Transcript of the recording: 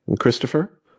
Christopher